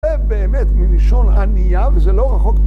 זה באמת מלשון ענייה וזה לא רחוק...